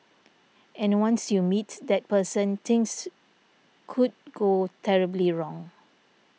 and once you meet that person things could go terribly wrong